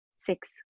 six